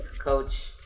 Coach